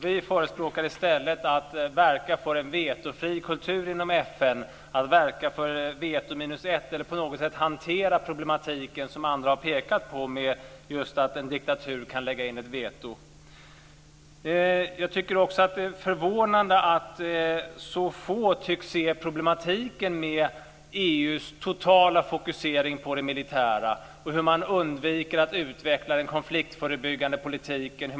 Vi förespråkar i stället att man verkar för en vetofri kultur inom FN, för veto minus ett eller för att på något sätt hantera problematiken som andra har pekat på, att en diktatur kan lägga in ett veto. Jag tycker också att det är förvånande att så få tycks se problematiken med EU:s totala fokusering på det militära. Man undviker att utveckla den konfliktförebyggande politiken.